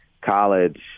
college